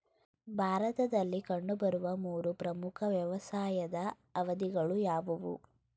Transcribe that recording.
ಭಾರತದಲ್ಲಿ ಕಂಡುಬರುವ ಮೂರು ಪ್ರಮುಖ ವ್ಯವಸಾಯದ ಅವಧಿಗಳು ಯಾವುವು?